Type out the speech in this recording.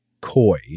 coy